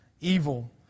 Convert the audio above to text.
evil